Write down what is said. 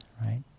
right